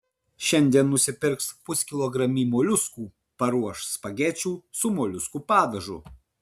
šiandien nusipirks puskilogramį moliuskų paruoš spagečių su moliuskų padažu